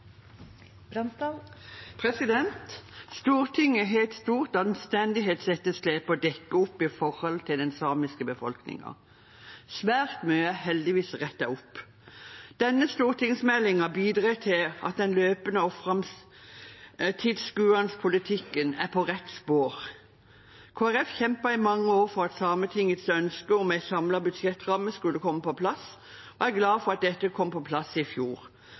som helhet. Stortinget har et stort anstendighetsetterslep å dekke opp med tanke på den samiske befolkningen. Svært mye er heldigvis rettet opp. Denne stortingsmeldingen bidrar til at den løpende og framtidsskuende politikken er på rett spor. Kristelig Folkeparti kjempet i mange år for at Sametingets ønske om en samlet budsjettramme skulle komme på plass, og jeg er glad for at dette kom på plass i fjor.